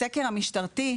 הסקר המשטרתי,